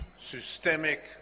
systemic